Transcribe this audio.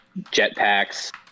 jetpacks